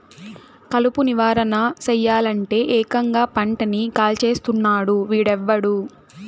కలుపు నివారణ సెయ్యలంటే, ఏకంగా పంటని కాల్చేస్తున్నాడు వీడెవ్వడు